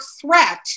threat